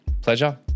Pleasure